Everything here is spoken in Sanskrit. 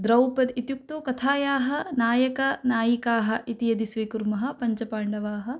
द्रौपदी इत्युक्तौ कथायाः नायकः नायिकाः इति यदि स्वीकुर्मः पञ्च पाण्डवाः